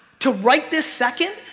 to right this second,